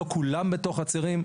לא כולם בתוך חצרים.